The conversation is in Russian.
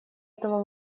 этого